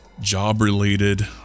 job-related